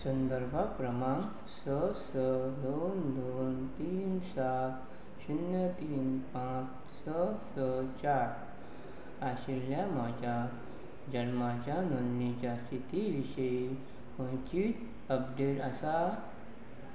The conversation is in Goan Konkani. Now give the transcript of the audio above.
संदर्भ क्रमांक स स दोन दोन तीन सात शुन्य तीन पांच स स चार आशिल्ल्या म्हज्या जल्माच्या नोंदणीच्या स्थिती विशीं खंयचीत अपडेट आसा